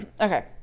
Okay